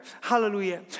Hallelujah